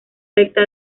recta